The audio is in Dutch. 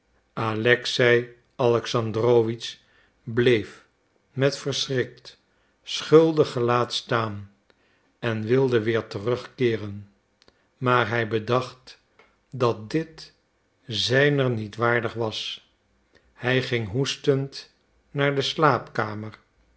alexei alexandrowitsch bleef met verschrikt schuldig gelaat staan en wilde weer terugkeeren maar hij bedacht dat dit zijner niet waardig was en ging hoestend naar de slaapkamer